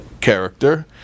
character